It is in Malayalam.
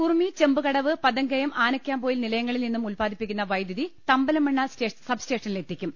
ഉറുമി ചെമ്പുകടവ് പതങ്കയം ആനക്കാംപൊയിൽ നിലയങ്ങളിൽ നിന്നും ഉത്പാദിപ്പിക്കുന്ന വൈദ്യുതി തമ്പലമണ്ണ സബ്സ്റ്റേഷനിലെത്തിക്കും